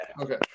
Okay